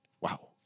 Wow